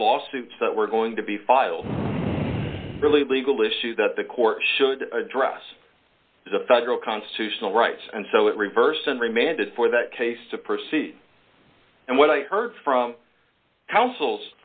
lawsuits that were going to be filed really legal issues that the court should address as a federal constitutional rights and so it reversed and remanded for that case to proceed and what i heard from coun